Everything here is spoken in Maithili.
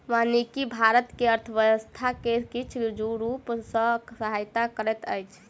वानिकी भारत के अर्थव्यवस्था के किछ रूप सॅ सहायता करैत अछि